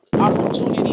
opportunity